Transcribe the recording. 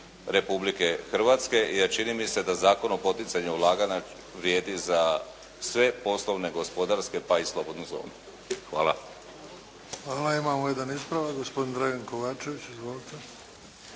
Republike Hrvatske, jer čini mi se da Zakon o poticanju ulaganja vrijedi za sve poslovne gospodarske, pa i slobodnu zonu. Hvala. **Bebić, Luka (HDZ)** Hvala. Imamo jedan ispravak, gospodin Dragan Kovačević. Izvolite.